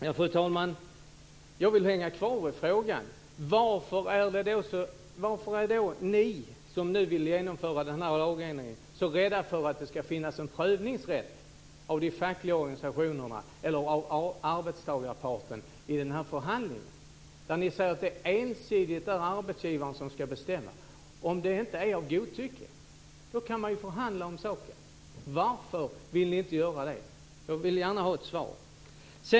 Fru talman! Jag vill hänga kvar vid frågan: Varför är då ni som nu vill genomföra denna lagändring så rädda för att det ska finnas en prövningsrätt för de fackliga organisationerna eller arbetstagarparten i den här förhandlingen? Ni säger att det är arbetsgivaren ensidigt som ska bestämma. Om det inte är av godtycke kan man ju förhandla om saken. Varför vill ni inte göra det? Jag vill gärna ha ett svar.